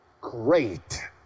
great